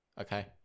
Okay